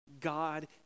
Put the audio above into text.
God